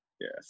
Yes